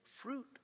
fruit